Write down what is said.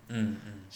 mm mm